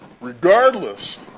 Regardless